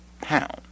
pound